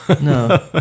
No